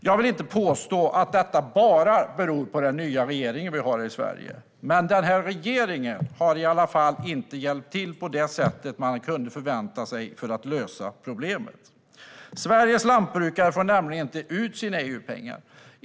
Jag vill inte påstå att det bara beror på den nya regering vi har i Sverige, men den har i alla fall inte hjälpt till på det sätt man kunde förvänta sig för att lösa problemet. Sveriges lantbrukare får nämligen inte ut sina EU-pengar.